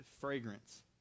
fragrance